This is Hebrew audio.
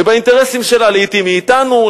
ובאינטרסים שלה לעתים היא אתנו,